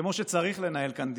כמו שצריך לנהל כאן דיון,